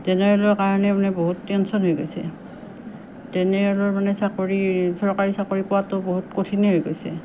জেনেৰেলৰ কাৰণে মানে বহুত টেনশ্য়ন হৈ গৈছে জেনেৰেলৰ মানে চাকৰি চৰকাৰী চাকৰি পোৱাটো বহুত কঠিনেই হৈ গৈছে